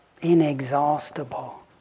inexhaustible